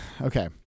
okay